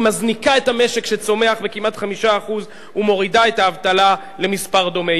מזניקה את המשק שצומח בכמעט 5% ומורידה את האבטלה למספר דומה.